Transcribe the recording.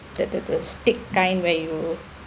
the the the stick kind where you